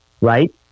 right